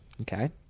okay